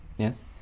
Yes